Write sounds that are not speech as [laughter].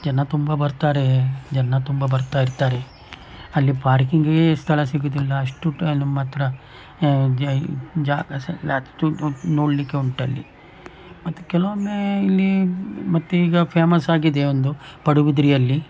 ಜನ ತುಂಬ ಬರ್ತಾರೇ ಜನ ತುಂಬ ಬರ್ತಾ ಇರ್ತಾರೆ ಅಲ್ಲಿ ಪಾರ್ಕಿಂಗಿಗೇ ಸ್ಥಳ ಸಿಗೋದಿಲ್ಲ ಅಷ್ಟು ಅಲ್ಲಿ ಮಾತ್ರ ಜಾಗ ಸಹ ಇಲ್ಲ [unintelligible] ನೋಡಲಿಕ್ಕೆ ಉಂಟು ಅಲ್ಲಿ ಮತ್ತೆ ಕೆಲವೊಮ್ಮೆ ಇಲ್ಲಿ ಮತ್ತೆ ಈಗ ಫೇಮಸ್ ಆಗಿದೆ ಒಂದು ಪಡುಬಿದ್ರಿಯಲ್ಲಿ